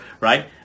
right